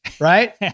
right